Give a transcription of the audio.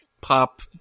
Pop